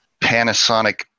Panasonic